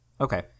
Okay